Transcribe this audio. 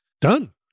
done